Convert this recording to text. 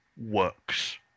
works